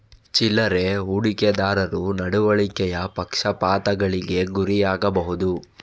ಚಿಲ್ಲರೆ ಹೂಡಿಕೆದಾರರು ನಡವಳಿಕೆಯ ಪಕ್ಷಪಾತಗಳಿಗೆ ಗುರಿಯಾಗಬಹುದು